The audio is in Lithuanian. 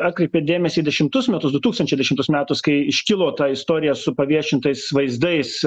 atkreipė dėmesį į dešimtus metus du tūkstančiai dešimtus metus kai iškilo ta istorija su paviešintais vaizdais